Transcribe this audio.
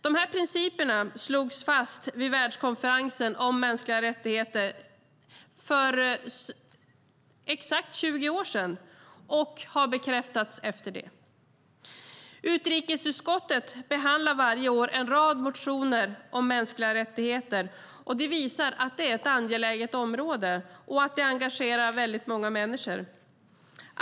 Dessa principer slogs fast vid världskonferensen om mänskliga rättigheter för exakt 20 år sedan och har bekräftats efter det. Utrikesutskottet behandlar varje år en rad motioner om mänskliga rättigheter. Det visar att det är ett angeläget område och att det engagerar väldigt många människor.